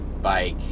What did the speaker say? bike